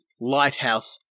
Lighthouse